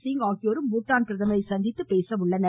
சிங் ஆகியோரும் பூடான் பிரதமரை சந்தித்து பேசுகின்றனர்